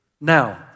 Now